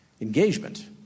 engagement